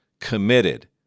committed